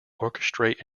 orchestrate